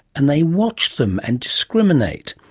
and they watch them and discriminate.